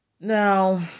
Now